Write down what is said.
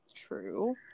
true